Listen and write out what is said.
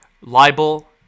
libel